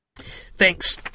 Thanks